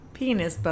Penis